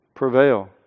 prevail